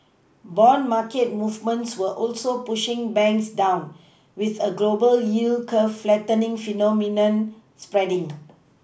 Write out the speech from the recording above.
bond market movements were also pushing banks down with a global yield curve flattening phenomenon spreading